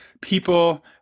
people